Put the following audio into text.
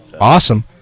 Awesome